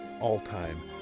all-time